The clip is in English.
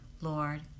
Lord